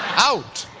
out.